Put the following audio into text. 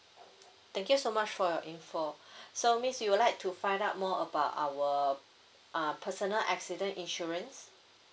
thank you so much for your info so miss you would like to find out more about our uh personal accident insurance